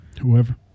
Whoever